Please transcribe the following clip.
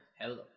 Hello